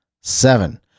seven